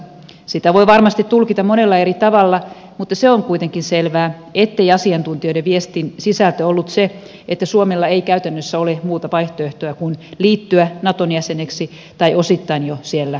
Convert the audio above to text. sitä voi varmasti tulkita monella eri tavalla mutta se on kuitenkin selvää ettei asiantuntijoiden viestin sisältö ollut se että suomella ei käytännössä ole muuta vaihtoehtoa kuin liittyä naton jäseneksi tai osittain jo siellä oltaisiin